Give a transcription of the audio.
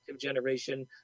generation